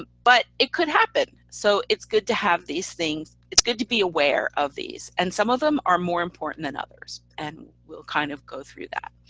but it could happen. so it's good to have these things, it's good to be aware of these. and some of them are more important than others. and we'll kind of go through that.